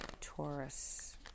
Taurus